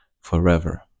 forever